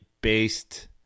based